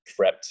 prepped